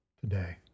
today